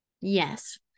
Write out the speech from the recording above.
Yes